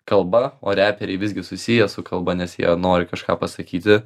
kalba o reperiai visgi susiję su kalba nes jie nori kažką pasakyti